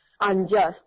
unjust